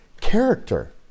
character